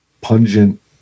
pungent